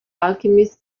alchemist